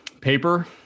paper